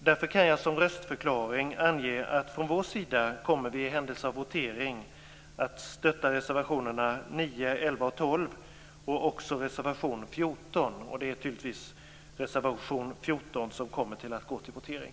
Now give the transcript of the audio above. Därför kan jag som röstförklaring ange att vi i händelse av votering kommer att stödja reservationerna 9, 11, 12 och reservation 14. Det är troligen reservation 14 som kommer att gå till votering.